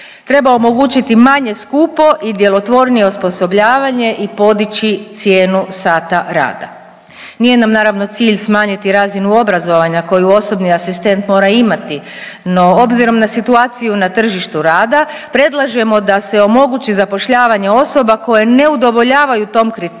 Treba omogućiti manje skupo i djelotvornije osposobljavanje i podići cijenu sata rada. Nije nam naravno cilj smanjiti razinu obrazovanja koju osobni asistent mora imati no obzirom na situaciju na tržištu rada predlažemo da se omogući zapošljavanje osoba koje ne udovoljavaju tom kriteriju